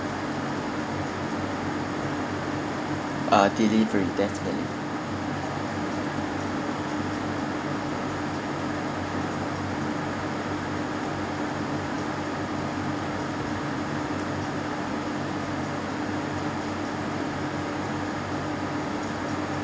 uh delivery definitely